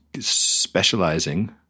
specializing